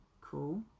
cool